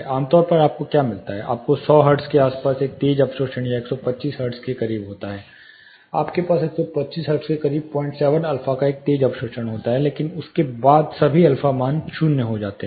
आमतौर पर आपको क्या मिलता है आपको 100 हर्ट्ज के आसपास एक तेज अवशोषण या 125 हर्ट्ज के करीब होता है आपके पास 125 हर्ट्ज के करीब 07 अल्फा का एक तेज अवशोषण होता है लेकिन उसके बाद सभी अल्फा मान लगभग शून्य होते हैं